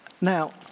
now